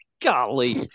golly